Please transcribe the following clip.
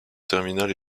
terminal